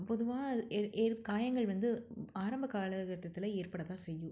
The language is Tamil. பொதுவாக ஏ ஏற் காயங்கள் வந்து ஆரம்பக் காலக்கட்டத்தில் ஏற்பட தான் செய்யும்